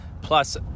plus